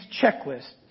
checklist